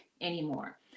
anymore